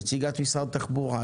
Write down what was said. נציגת משרד התחבורה,